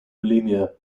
bulimia